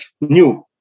new